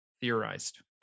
Theorized